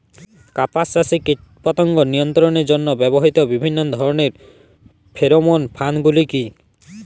কাপাস চাষে কীটপতঙ্গ নিয়ন্ত্রণের জন্য ব্যবহৃত বিভিন্ন ধরণের ফেরোমোন ফাঁদ গুলি কী?